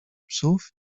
psów